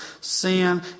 Sin